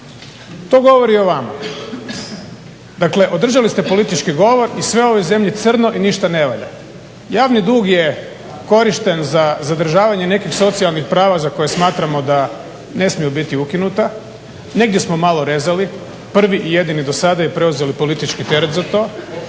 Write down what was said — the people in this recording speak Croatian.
To govori o vama. Dakle održali ste politički govor i sve je u ovoj zemlji crno i ništa ne valja. Javni dug je korišten za zadržavanje nekih socijalnih prava za koje smatramo da ne smiju biti ukinuta. Negdje smo malo rezali. Prvi i jedini do sada i preuzeli politički teret za to,